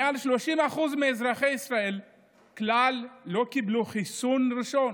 מעל 30% מאזרחי ישראל כלל לא קיבלו חיסון ראשון,